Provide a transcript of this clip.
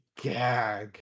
gag